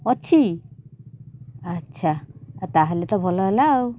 ଅଛି ଆଚ୍ଛା ତା'ହେଲେ ତ ଭଲ ହେଲା ଆଉ